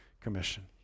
commission